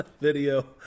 video